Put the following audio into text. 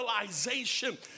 realization